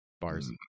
bars